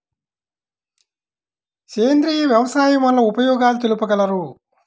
సేంద్రియ వ్యవసాయం వల్ల ఉపయోగాలు తెలుపగలరు?